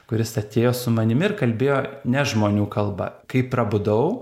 kuris atėjo su manimi ir kalbėjo ne žmonių kalba kai prabudau